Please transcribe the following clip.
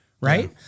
right